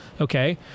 Okay